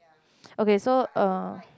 okay so uh